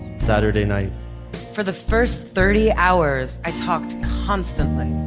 saturday night for the first thirty hours, i talked constantly.